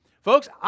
Folks